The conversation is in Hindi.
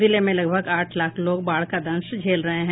जिले में लगभग आठ लाख लोग बाढ़ का दंश झेल रहे हैं